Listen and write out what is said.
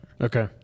Okay